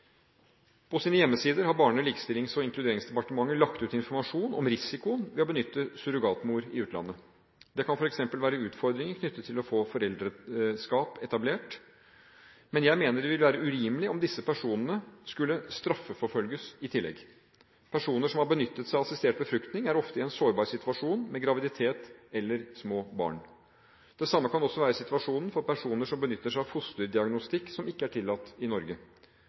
På sine hjemmesider har Barne-, likestillings- og inkluderingsdepartementet lagt ut informasjon om risikoen ved å benytte surrogatmor i utlandet. Det kan f.eks. være utfordringer knyttet til å få foreldreskap etablert. Jeg mener det vil være urimelig om disse personene skulle straffeforfølges i tillegg. Personer som har benyttet seg av assistert befruktning, er ofte i en sårbar situasjon, med graviditet eller små barn. Det samme kan også være situasjonen for personer som benytter seg av fosterdiagnostikk som ikke er tillatt i Norge.